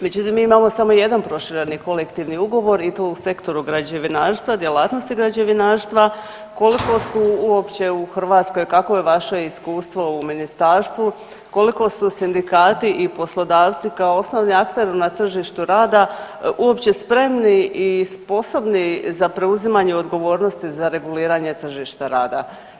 Međutim, mi imamo samo jedan prošireni kolektivni ugovor i to u sektoru građevinarstva, djelatnosti građevinarstva, koliko su uopće u Hrvatskoj, kakvo je vaše iskustvo u ministarstvu, koliko su sindikati i poslodavci kao osnovni akteri na tržištu rada uopće spremni i sposobni za preuzimanje odgovornosti za reguliranje tržišta rada?